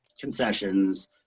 concessions